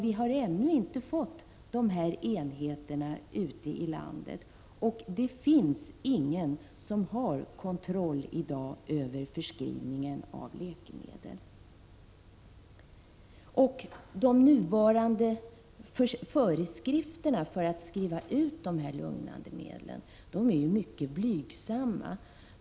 Vi har ännu inte fått de enheterna ute i landet, och det finns i dag ingen som har kontroll över förskrivningen av läkemedel. De nuvarande föreskrifterna för att skriva ut lugnande medel är mycket blygsamma.